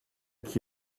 qui